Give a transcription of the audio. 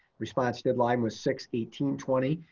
response deadline was six eighteen twenty.